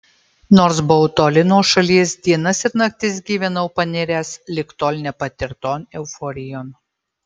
nors buvau toli nuo šalies dienas ir naktis gyvenau paniręs lig tol nepatirton euforijon